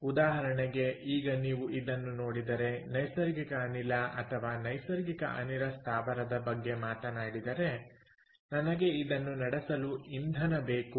ಉದಾಹರಣೆಗೆ ಈಗ ನೀವು ಇದನ್ನು ನೋಡಿದರೆ ನೈಸರ್ಗಿಕ ಅನಿಲ ಅಥವಾ ನೈಸರ್ಗಿಕ ಅನಿಲ ಸ್ಥಾವರದ ಬಗ್ಗೆ ಮಾತನಾಡಿದರೆ ನನಗೆ ಇದನ್ನು ನಡೆಸಲು ಇಂಧನ ಬೇಕು